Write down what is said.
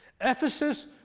Ephesus